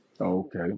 Okay